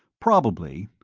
probably.